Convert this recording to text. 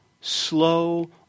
slow